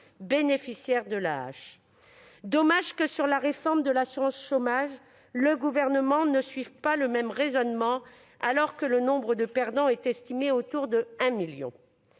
allocation. Il est dommage que, sur la réforme de l'assurance chômage, le Gouvernement ne suive pas le même raisonnement, alors que le nombre de perdants est estimé autour de 1 million.